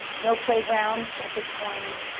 no playgrounds at this point.